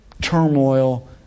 turmoil